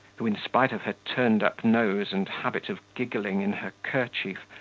who, in spite of her turned-up nose and habit of giggling in her kerchief,